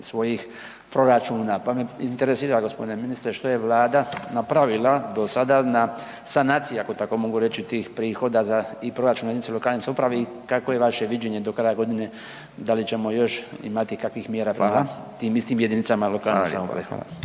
svojih proračuna, pa me interesira gospodine ministre što je Vlada napravila do sada na sanaciji, ako tako mogu reći tih prihoda i proračuna jedinice lokalne samouprave i kakvo je vaše viđenje do kraja godine? Da li ćemo još imati kakvih mjera prema tim istim jedinicama lokalne samouprave?